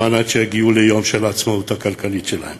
כדי שיגיעו ליום של העצמאות הכלכלית שלהם.